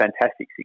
fantastic